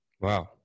Wow